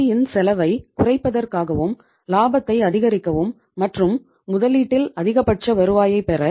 நிதியின் செலவை குறைப்பதற்காகவும் லாபத்தை அதிகரிக்கவும் மற்றும் முதலீட்டில் அதிகபட்ச வருவாயைப் பெற